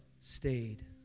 stayed